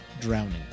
drowning